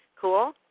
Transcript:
cool